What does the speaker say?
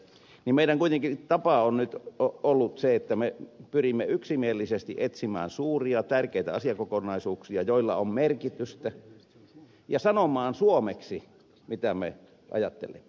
meidän tapamme on kuitenkin ollut se että me pyrimme yksimielisesti etsimään suuria tärkeitä asiakokonaisuuksia joilla on merkitystä ja sanomaan suomeksi mitä me ajattelemme